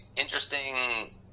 interesting